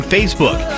Facebook